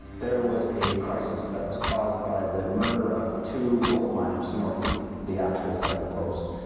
there was a crisis that was caused by the murder of two goldminers north of the actual site of the post.